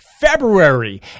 February